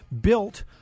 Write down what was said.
built